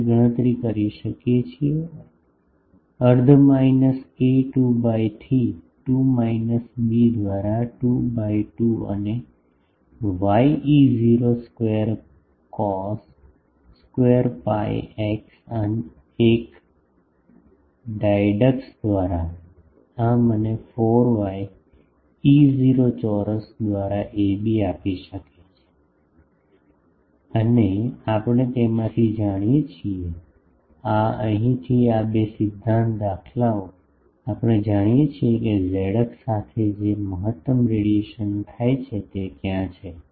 આપણે ગણતરી કરી શકીએ છીએ અર્ધ માઈનસ એ 2 બાય થી 2 માઈનસ બી દ્વારા 2 બાય 2 અને Y E0 square cos square pi x એક ડાયડક્સ દ્વારા આ મને 4 વાય E0 ચોરસ દ્વારા એ બી આપી શકશે અને આપણે તેમાંથી જાણીએ છીએ આ અહીંથી આ બે સિદ્ધાંત દાખલાઓ આપણે જાણીએ છીએ કે ઝેડ અક્ષ સાથે જે મહત્તમ રેડિયેશન થાય છે તે ક્યાં છે